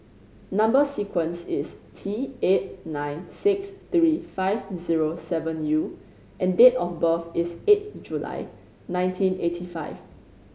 number sequence is T eight nine six three five zero seven U and date of birth is eight July nineteen eighty five